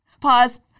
Pause